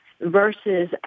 versus